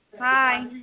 Hi